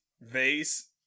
vase